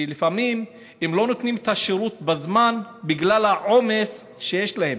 ולפעמים הם לא נותנים את השירות בזמן בגלל העומס שיש להם.